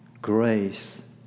Grace